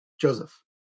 Joseph